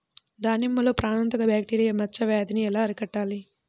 దానిమ్మలో ప్రాణాంతక బ్యాక్టీరియా మచ్చ వ్యాధినీ ఎలా అరికట్టాలి?